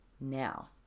now